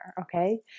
Okay